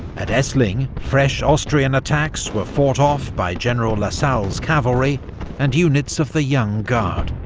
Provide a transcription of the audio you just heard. at essling, fresh austrian attacks were fought off by general lasalle's cavalry and units of the young guard.